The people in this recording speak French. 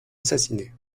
assassinés